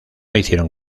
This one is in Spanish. hicieron